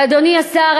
אדוני השר,